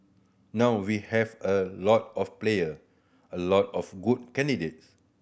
now we have a lot of player a lot of good candidates